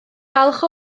falch